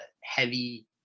heavy